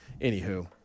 anywho